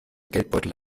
geldbeutel